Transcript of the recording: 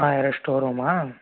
ಹಾಂ ಎರಡು ಸ್ಟೋರ್ ರೂಮಾ